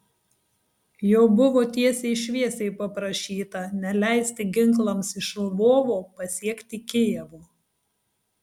jo buvo tiesiai šviesiai paprašyta neleisti ginklams iš lvovo pasiekti kijevo